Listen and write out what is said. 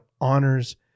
honors